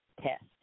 test